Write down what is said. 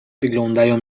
wyglądają